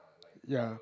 ya